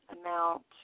amount